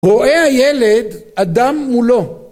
רואה הילד אדם מולו